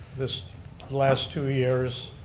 this last two years,